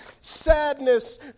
sadness